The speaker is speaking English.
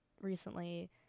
recently